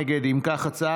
נא לשבת, הצבעה.